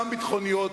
גם ביטחוניות,